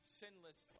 sinless